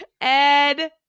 Ed